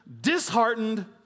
disheartened